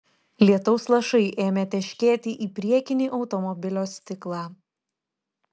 lietaus lašai ėmė teškėti į priekinį automobilio stiklą